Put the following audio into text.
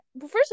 first